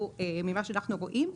ממה שאנחנו רואים,